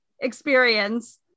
experience